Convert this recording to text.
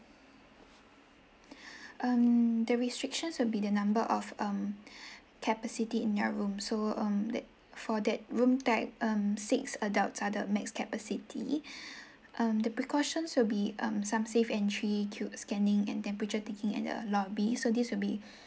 um the restrictions will be the number of um capacity in their room so um that for that room tag um six adults are the max capacity um the precautions will be um some safe and three cube scanning and temperature taking at the lobby so this will be